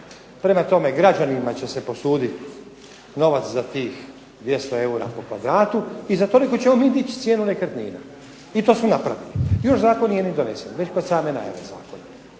Prema tome, građanima će se posudit novac za tih 200 eura po kvadratu i za toliko ćemo mi dići cijenu nekretninu i to su napravili. Još zakon nije ni donesen, već kod same najave zakona.